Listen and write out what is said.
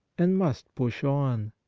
and must push on.